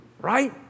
Right